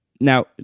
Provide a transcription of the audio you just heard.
Now